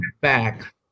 back